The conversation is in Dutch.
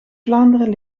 vlaanderen